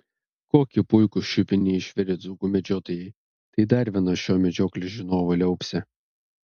kokį puikų šiupinį išvirė dzūkų medžiotojai tai dar viena šio medžioklės žinovo liaupsė